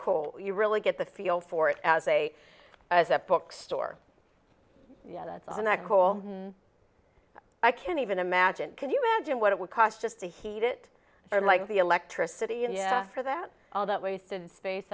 cool you really get the feel for it as a as a bookstore yeah that's on that whole i can't even imagine can you imagine what it would cost just to heat it or like the electricity and yeah for that all that wasted space